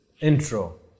intro